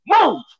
Move